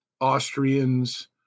Austrians